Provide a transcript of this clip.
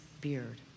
beard